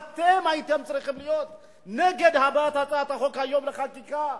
אתם הייתם צריכים להיות נגד הבאת הצעת החוק היום לחקיקה.